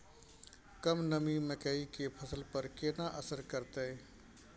कम नमी मकई के फसल पर केना असर करतय?